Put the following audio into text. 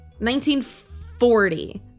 1940